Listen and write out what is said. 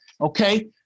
okay